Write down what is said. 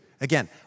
again